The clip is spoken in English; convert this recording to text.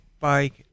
Bike